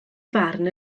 farn